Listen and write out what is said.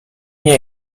nie